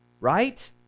right